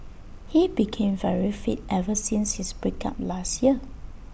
he became very fit ever since his break up last year